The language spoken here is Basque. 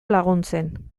laguntzen